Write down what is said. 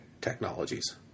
technologies